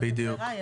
אז איזה --- בדיוק.